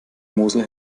mosel